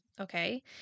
okay